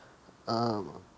um